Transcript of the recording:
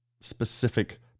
specific